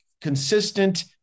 consistent